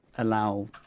allow